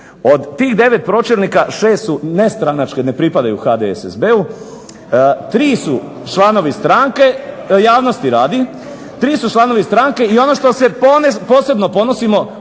od tih 9 pročelnika 6 su nestranačke, ne pripadaju HDSSB-u. 3 su članovi stranke, javnosti radi. I ono što se posebno ponosimo